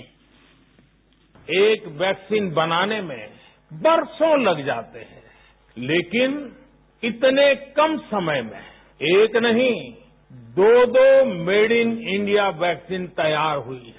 bite एक vaccine बनाने में बरसों लग जाते हैं लेकिन इतने कम समय में एक नहीं दो दो मेड इन इंडिया वैक्सीन तैयार हुई है